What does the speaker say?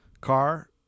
car